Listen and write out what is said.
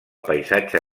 paisatge